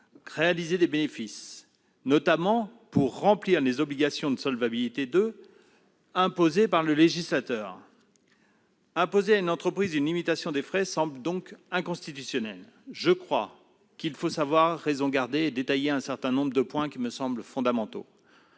réaliser des bénéfices. Elles doivent aussi remplir les obligations de Solvabilité 2 fixées par le législateur. Imposer à une entreprise une limitation de ses frais me semble inconstitutionnel. Je crois qu'il faut savoir raison garder et détailler un certain nombre de points fondamentaux.